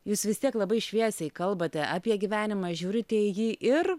jūs vis tiek labai šviesiai kalbate apie gyvenimą žiūrite į jį ir